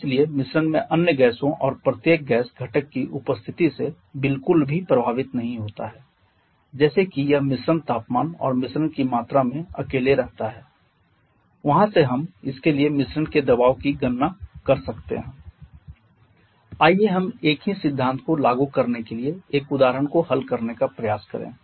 और इसलिए मिश्रण में अन्य गैसों और प्रत्येक गैस घटक की उपस्थिति से बिल्कुल भी प्रभावित नहीं होता है जैसे कि यह मिश्रण तापमान और मिश्रण की मात्रा आइए हम एक ही सिद्धांत को लागू करने के लिए एक उदाहरण को हल करने का प्रयास करें